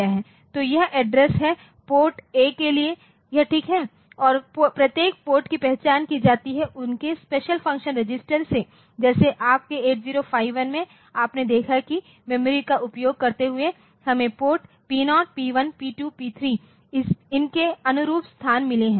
तो यह एड्रेस है पोर्ट ए के लिए हैं यह ठीक है और प्रत्येक पोर्ट की पहचान की जाती है उनके स्पेशल फंक्शन रेगिस्टर्स से जैसे आपके 8051 में आपने देखा है कि मेमोरी का उपयोग करते हुए हमें पोर्ट P0 P1P2P3 इनके अनुरूप स्थान मिले हैं